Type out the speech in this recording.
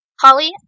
Holly